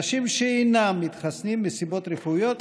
אנשים שאינה מתחסנים מסיבות רפואיות,